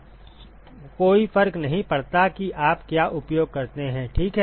कोई फर्क नहीं पड़ता कि आप क्या उपयोग करते हैं ठीक है